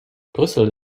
brüssel